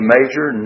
major